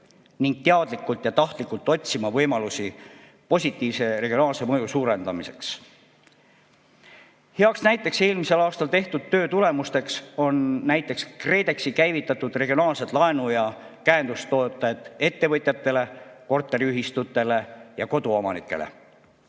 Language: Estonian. ning teadlikult ja tahtlikult otsima võimalusi positiivse regionaalse mõju suurendamiseks. Hea näide eelmisel aastal tehtud töö tulemustest on KredExi käivitatud regionaalsed laenu- ja käendustooted ettevõtjatele, korteriühistutele ja koduomanikele.